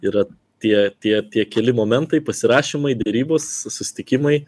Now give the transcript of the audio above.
yra tie tie tie keli momentai pasirašymai derybos susitikimai